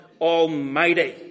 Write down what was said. Almighty